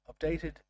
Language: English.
updated